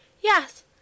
Yes